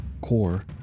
core